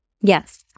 Yes